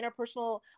interpersonal